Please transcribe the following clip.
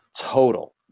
total